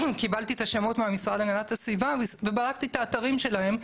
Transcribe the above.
קיבלתי את השמות מהמשרד להגנת הסביבה ובדקתי את האתרים שלהם.